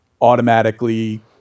automatically